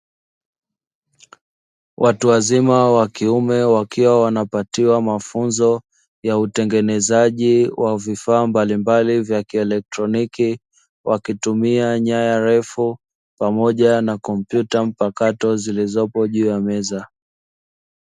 Watu wazima wa kiume, wakiwa wanapatiwa mafunzo ya utengenezaji wa vifaa mbalimbali vya kielektroniki, wakitumia nyaya ndefu pamoja na kompyuta mpakato zilizopo juu ya meza.